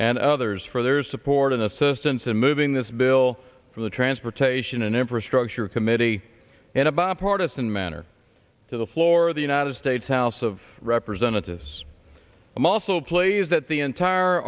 and others for their support and assistance in moving this bill from the transportation and infrastructure committee in a bipartisan manner to the floor of the united states house of representatives i'm also pleased that the entire